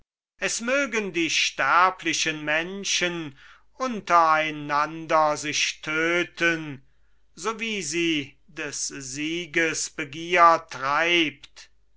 es mögen die sterblichen menschen unter einander sich töten so wie sie des sieges begier treibt